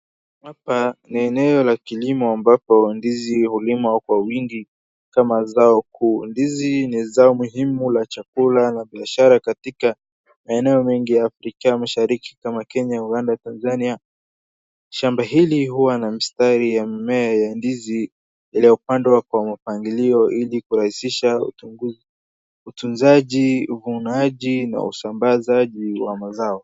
Hapa ni eneo la kilimo ambapo ndizi hulimwa kwa wingi kama zao kuu, ndizi ni zao muhimu la chakula na biashara katika maeneo mengi ya Afrika Mashariki kama Kenya Uganda na Tanzania, shamba hili huwa na mistari ya mimea ya ndizi iliopandwa ka mpangilio ili kurahisisha utunzaji, uvunaji na usambazaji wa mazao.